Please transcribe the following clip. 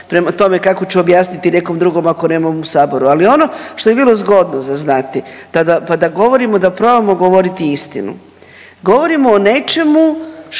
prema tome kako ću objasniti nekom drugom ako ne mogu u Saboru. Ali ono što je bilo zgodno za znati kada govorimo, da probamo govoriti istinu. Govorimo o nečemu što